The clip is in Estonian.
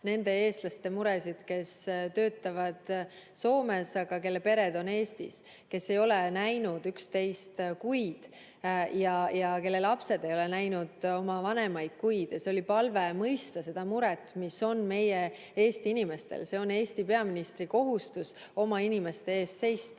nende eestlaste muresid, kes töötavad Soomes, aga kelle pered on Eestis, kes ei ole näinud üksteist kuid ja kelle lapsed ei ole näinud oma vanemaid kuid. See oli palve mõista seda muret, mis on meie Eesti inimestel. Eesti peaministri kohustus on oma inimeste eest seista.